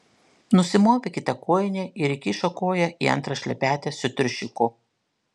nusimovė kitą kojinę ir įkišo koją į antrą šlepetę su triušiuku